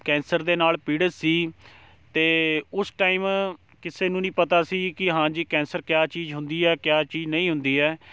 cancer ਦੇ ਨਾਲ ਪੀੜਿਤ ਸੀ ਅਤੇ ਉਸ ਟਾਈਮ ਕਿਸੇ ਨੂੰ ਨਹੀਂ ਪਤਾ ਸੀ ਕਿ ਹਾਂ ਜੀ ਕੈਂਸਰ ਕਿਆ ਚੀਜ਼ ਹੁੰਦੀ ਹੈ ਕਿਆ ਚੀਜ਼ ਨਹੀਂ ਹੁੰਦੀ ਹੈ